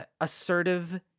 assertive